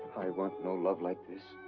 i want no love like this.